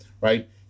right